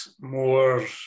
more